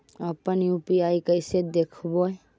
अपन यु.पी.आई कैसे देखबै?